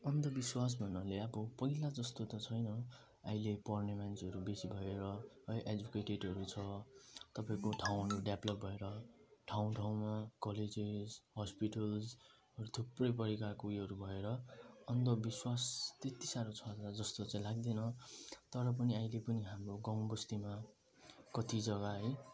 अन्धविश्वास भन्नाले अब पहिला जस्तो त छैन अहिले पढ्ने मान्छेहरू बेसी भएर है एजुकेटेडहरू छ तपाईँको ठाउँहरू डेभ्लप भएर ठाउँ ठाउँमा कलेजेस हस्पिटल्स थुप्रै परिकारको उयोहरू भएर अन्धविश्वास त्यति साह्रो छ जस्तो चाहिँ लाग्दैन तर पनि अहिले पनि हाम्रो गाउँबस्तीमा कति जग्गा है